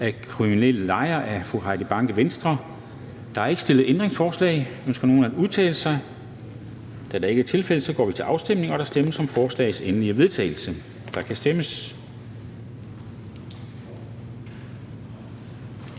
Der er ikke stillet ændringsforslag. Ønsker nogen at udtale sig? Da det ikke er tilfældet, går vi til afstemning. Kl. 13:12 Afstemning Formanden (Henrik Dam Kristensen): Der stemmes